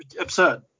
absurd